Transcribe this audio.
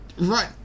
right